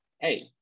hey –